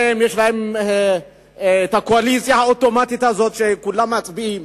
יש לה קואליציה אוטומטית, שכולם מצביעים.